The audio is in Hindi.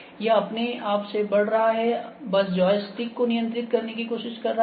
यह अपने आप से बढ़ रहा है बस जॉयस्टिक को नियंत्रित करने की कोशिश कर रहा है